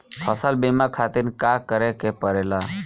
फसल बीमा खातिर का करे के पड़ेला?